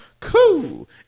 Cool